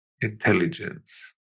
intelligence